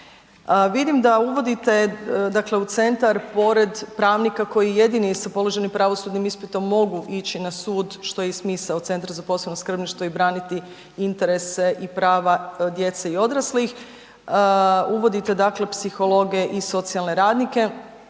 Vidim da uvodite, dakle u centar pored pravnika koji jedini sa položenim pravosudnim ispitom mogu ići na sud, što je i smisao Centra za posebno skrbništvo i braniti interese i prava djece i odraslih, uvodite dakle psihologe i socijalne radnike,